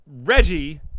Reggie